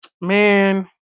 Man